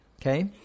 okay